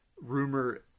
rumor